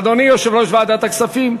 אדוני יושב-ראש ועדת הכספים,